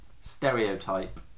stereotype